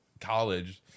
college